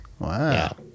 Wow